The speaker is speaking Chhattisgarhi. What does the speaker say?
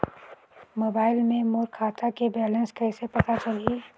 मोबाइल मे मोर खाता के बैलेंस कइसे पता चलही?